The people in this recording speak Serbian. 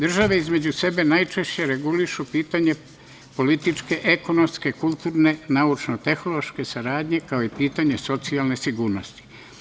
Države između sebe najčešće regulišu pitanje političke, ekonomske, kulturne, naučno-tehnološke saradnje, kao i pitanje socijalne sigurnosti.